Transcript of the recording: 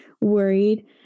worried